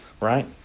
right